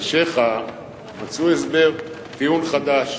אנשיך מצאו הסבר, טיעון חדש: